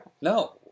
No